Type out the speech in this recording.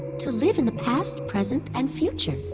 to live in the past, present, and future.